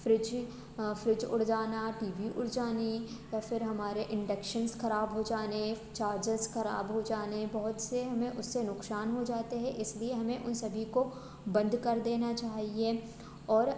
fridge fridge उड़ जाना TV उड़ जाना या फिर हमारे इंडक्शन ख़राब हो जाने चार्जर्स ख़राब हो जाने बहुत से हमें उससे नुक़सान हो जाते हैं इसलिए हमें उन सभी को बंद कर देना चाहिए और